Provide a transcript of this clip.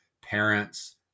parents